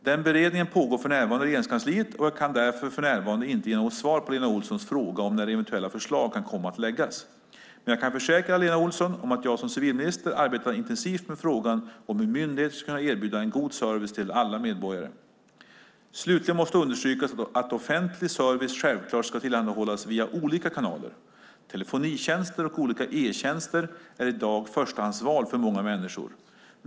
Den beredningen pågår för närvarande i Regeringskansliet, och jag kan därför i talande stund inte ge något svar på Lena Olssons fråga om när eventuella förslag kan komma att läggas fram. Jag kan dock försäkra Lena Olsson om att jag som civilminister arbetar intensivt med frågan om hur myndigheter ska kunna erbjuda en god service till alla medborgare. Slutligen måste understrykas att offentlig service självklart ska tillhandahållas via olika kanaler. Telefonitjänster och olika e-tjänster är i dag förstahandsval för många människor.